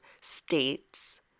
states